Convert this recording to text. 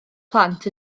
plant